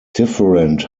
different